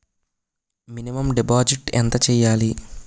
Minimum deposit ఎంత చెయ్యాలి?